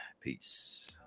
Peace